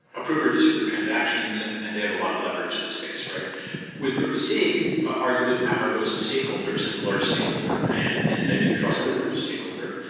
approve or disapprove transactions and and they have a lot of leverage in the space. with proof-of-stake, arguably, the power goes to stakeholders and the largest stakeholder and and then you trust the the largest stakeholder.